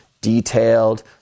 detailed